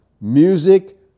music